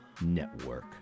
network